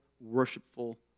worshipful